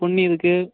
பொன்னி இருக்குது